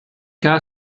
cada